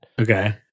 Okay